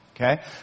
Okay